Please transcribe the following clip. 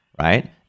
right